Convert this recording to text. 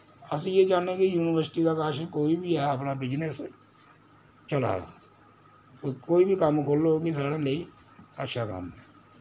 असी एह् चाह्ने कि युनिवर्सिटी दे कच्छ कोई बी ऐ अपना बिजनेस चला दा ओह कोई कम्म खोह्लो कि साढ़ा नेईं अच्छा कम्म